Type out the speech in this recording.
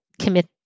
Commit